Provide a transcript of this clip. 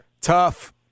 tough